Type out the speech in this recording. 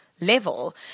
level